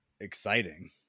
exciting